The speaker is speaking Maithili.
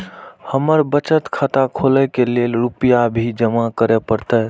हमर बचत खाता खोले के लेल रूपया भी जमा करे परते?